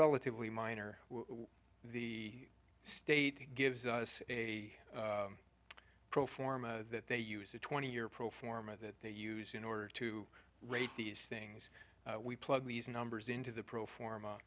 relatively minor the state gives us a pro forma that they use a twenty year pro forma that they use in order to rate these things we plug these numbers into the pro